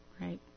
right